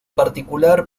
particular